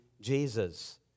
Jesus